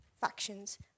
factions